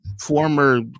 former